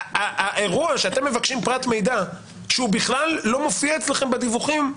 האירוע שאתם מבקשים פרט מידע שהוא בכלל לא מופיע אצלכם בדיווחים,